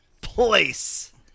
place